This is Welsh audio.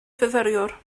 fyfyriwr